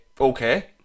Okay